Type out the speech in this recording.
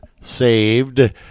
saved